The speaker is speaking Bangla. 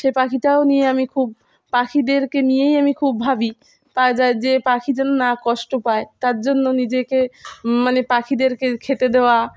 সে পাখিটাও নিয়ে আমি খুব পাখিদেরকে নিয়েই আমি খুব ভাবি পা যায় যে পাখি যেন না কষ্ট পায় তার জন্য নিজেকে মানে পাখিদেরকে খেতে দেওয়া